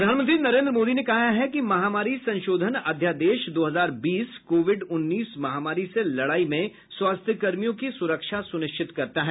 प्रधानमंत्री नरेंद्र मोदी ने कहा है कि महामारी संशोधन अध्यादेश दो हजार बीस कोविड उन्नीस महामारी से लड़ाई में स्वास्थ्यकर्मियों की सुरक्षा सुनिश्चित करता है